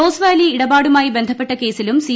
Rose Valley ഇടപാടുമായി ബന്ധപ്പെട്ട കേസിലും സി